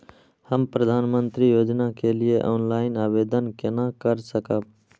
हम प्रधानमंत्री योजना के लिए ऑनलाइन आवेदन केना कर सकब?